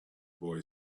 boy